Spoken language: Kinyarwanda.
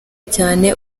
cyane